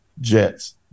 Jets